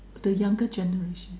the younger generation